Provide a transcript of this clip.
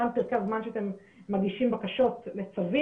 מה הם פרקי הזמן שאתם מגישים בקשות לצווים,